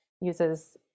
uses